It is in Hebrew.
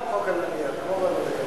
זה חוק על הנייר, כמו ועדות הקבלה.